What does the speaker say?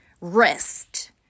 Rest